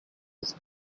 his